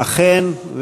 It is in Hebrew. אכן.